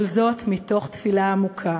כל זאת מתוך תפילה עמוקה